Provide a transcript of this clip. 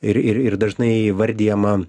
ir ir ir dažnai įvardijama